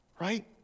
right